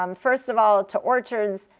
um first of all to orchards,